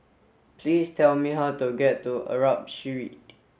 please tell me how to get to Arab Street